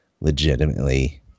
legitimately